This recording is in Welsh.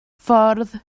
ffordd